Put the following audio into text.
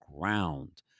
ground